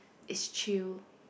it's chill